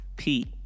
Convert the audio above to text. Pete